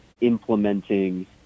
implementing